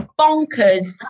bonkers